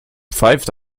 pfeift